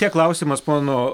tiek klausimas pono